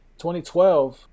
2012